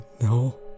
no